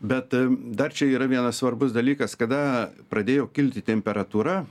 bet dar čia yra vienas svarbus dalykas kada pradėjo kilti temperatūra